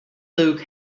luke